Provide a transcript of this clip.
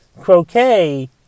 croquet